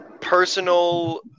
Personal